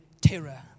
terror